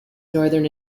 northern